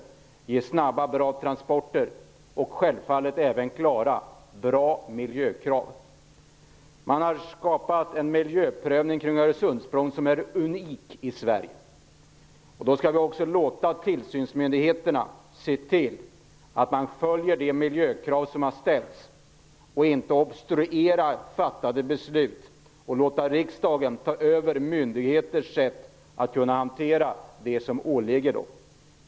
Den skall ge snabba och bra transporter och självfallet även klara bra miljökrav. Den miljöprövning som har skapats kring Öresundsbron är unik i Sverige. Då skall vi också låta tillsynsmyndigheterna se till att miljökraven följs. Man skall inte obstruera fattade beslut och låta riksdagen ta över myndigheternas hantering av det som åligger dem.